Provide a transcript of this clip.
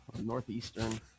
Northeastern